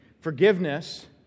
Forgiveness